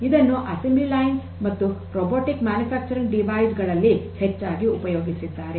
ಇದನ್ನು assembly lines ಮತ್ತು robotic manufacturing device ಗಳಲ್ಲಿ ಹೆಚ್ಚಾಗಿ ಉಪಯೋಗಿಸಿದ್ದಾರೆ